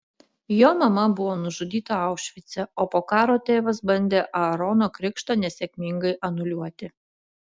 jo mama buvo nužudyta aušvice o po karo tėvas bandė aarono krikštą nesėkmingai anuliuoti